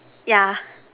yeah